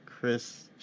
Chris